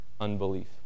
unbelief